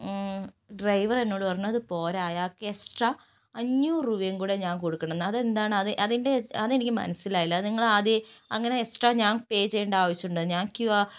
driver എന്നോട് പറഞ്ഞത് അതു പോരാ അയാൾക്ക് എസ്ട്രാ അഞ്ഞൂറ് രൂപയും കൂടി ഞാൻ കൊടുക്കണം എന്ന് അതെന്താണ് അതിൻ്റെ അതെനിക്ക് മനസിലായില്ല അതു നിങ്ങളാദ്യമേ അങ്ങനെ എക്സ്ട്രാ ഞാൻ പേ ചെയ്യേണ്ട ആവശ്യമുണ്ടോ ഞാൻ ക്യു ആർ